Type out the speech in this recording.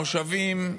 מושבים,